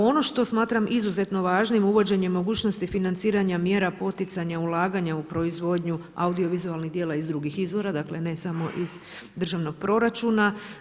Ono što smatram izuzetno važnim, uvođenje mogućnosti financiranja mjera poticanja i ulaganja u proizvodnju audiovizualnih djela iz drugih izvora, dakle ne samo iz državnog proračuna.